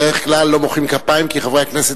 בדרך כלל לא מוחאים כפיים כי חברי הכנסת